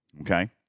Okay